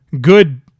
good